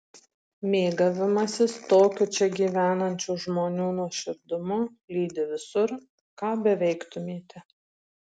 mėgavimasis tokiu čia gyvenančių žmonių nuoširdumu lydi visur ką beveiktumėte